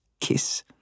kiss